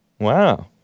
Wow